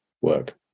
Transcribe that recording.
work